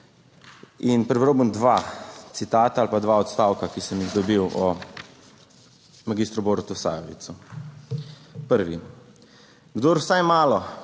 In prebral bom dva citata ali pa dva odstavka, ki sem jih dobil o magistru Borutu Sajovicu. Prvi: "Kdor vsaj malo